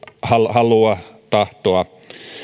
halua tahtoa